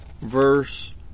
verse